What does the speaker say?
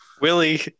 Willie